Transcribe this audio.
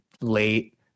late